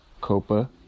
copa